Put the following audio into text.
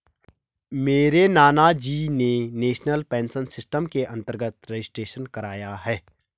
मेरे नानाजी ने नेशनल पेंशन सिस्टम के अंतर्गत रजिस्ट्रेशन कराया है